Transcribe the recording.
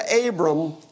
Abram